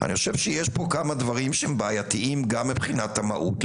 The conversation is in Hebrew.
אני חושב שיש פה כמה דברים שהם בעייתיים גם מבחינת המהות.